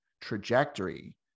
trajectory